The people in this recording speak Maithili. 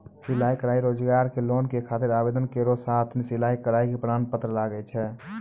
सिलाई कढ़ाई रोजगार के लोन के खातिर आवेदन केरो साथ सिलाई कढ़ाई के प्रमाण पत्र लागै छै?